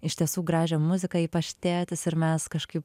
iš tiesų gražią muziką ypač tėtis ir mes kažkaip